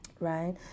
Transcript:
right